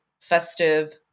festive